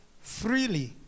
freely